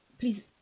Please